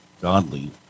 godly